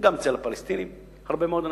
וגם אצל הפלסטינים הרבה מאוד אנשים,